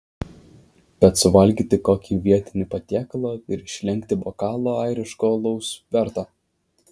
bet suvalgyti kokį vietinį patiekalą ir išlenkti bokalą airiško alaus verta